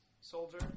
soldier